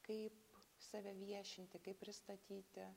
kaip save viešinti kaip pristatyti